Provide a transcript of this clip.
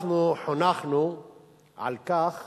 אנחנו חונכנו על כך